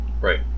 Right